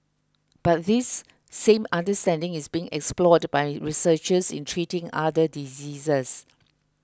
but this same understanding is being explored by researchers in treating other diseases